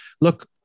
look